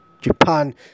Japan